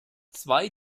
zwei